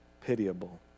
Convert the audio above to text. pitiable